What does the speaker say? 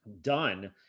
done